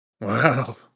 Wow